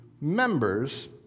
members